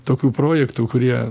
tokių projektų kurie